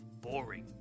boring